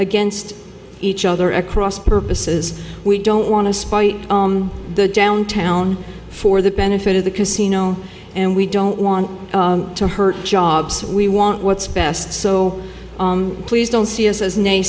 against each other across purposes we don't want to spite the downtown for the benefit of the casino and we don't want to hurt jobs we want what's best so please don't see us as